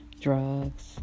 drugs